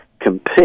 compete